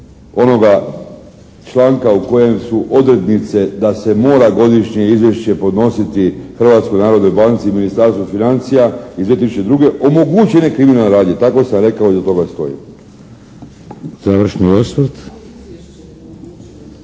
onoga članka u kojem su odrednice da se mora godišnje izvješće podnositi Hrvatskoj narodnoj banci i Ministarstvu financija iz 2002. omogućene kriminalne radnje. Tako sam rekao i iza toga stojim. **Šeks,